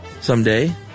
someday